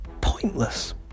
pointless